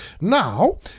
now